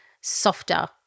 softer